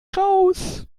raus